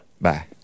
Bye